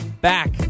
back